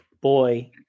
Boy